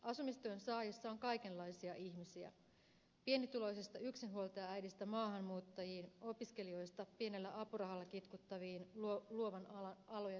asumistuen saajissa on kaikenlaisia ihmisiä pienituloisesta yksinhuoltajaäidistä maahanmuuttajiin opiskelijoista pienellä apurahalla kitkuttaviin luovien alojen työläisiin